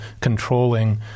controlling